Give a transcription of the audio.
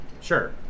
Sure